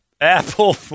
Apple